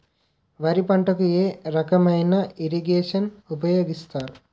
వరి పంటకు ఏ రకమైన ఇరగేషన్ ఉపయోగిస్తారు?